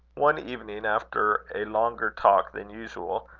one evening, after a longer talk than usual,